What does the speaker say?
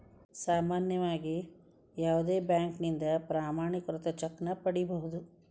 ಸಾಮಾನ್ಯವಾಗಿ ಯಾವುದ ಬ್ಯಾಂಕಿನಿಂದ ಪ್ರಮಾಣೇಕೃತ ಚೆಕ್ ನ ಪಡಿಬಹುದು